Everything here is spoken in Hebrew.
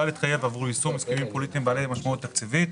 הסוהר היו צריכים בשביל כל נושא בתי הסוהר,